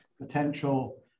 potential